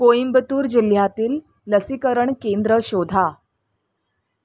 कोइंबतूर जिल्ह्यातील लसीकरण केंद्र शोधा